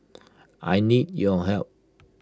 I need your help